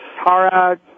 Tara